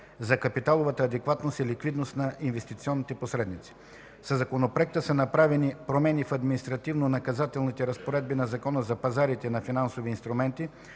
за капиталовата адекватност и ликвидност на инвестиционните посредници. Със Законопроекта са направени промени в административнонаказателните разпоредби на Закона за пазарите на финансови инструменти